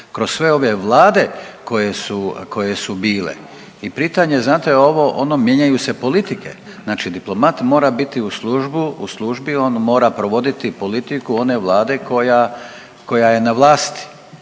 kroz sve ove vlade koje su, koje su bile. I pitanje je znate ovo ono mijenjaju se politike, znači diplomat mora biti u službu, u službi on mora provoditi politiku one vlade koja, koja je na vlasti.